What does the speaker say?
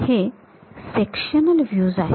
हे sectional views आहेत